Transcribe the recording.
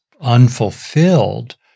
unfulfilled